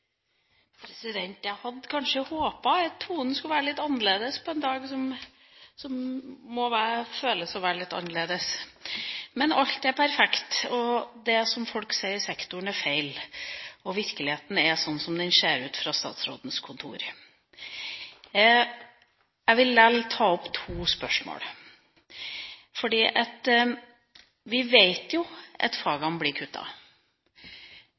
Jeg hadde kanskje håpt at tonen skulle vært litt annerledes på en dag som må føles litt annerledes. Men alt er perfekt, og det som folk i sektoren sier, er feil. Virkeligheten er sånn som den ser ut fra statsrådens kontor. Jeg vil likevel ta opp to spørsmål. Vi vet at fagene blir kuttet. Vi vet at